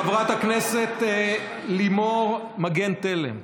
חברת הכנסת לימור מגן תלם,